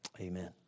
Amen